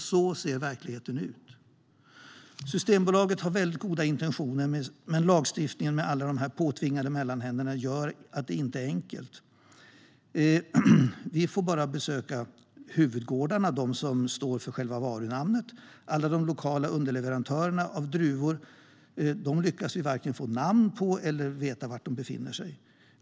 Så ser verkligheten ut. Systembolaget har goda intentioner, men lagstiftningen med alla de påtvingade mellanhänderna gör det inte enkelt. Vi får bara besöka huvudgårdarna som står för varunamnet. Alla de lokala underleverantörerna av druvor lyckas vi varken få namn på eller få veta var de befann sig.